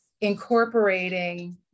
incorporating